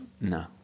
no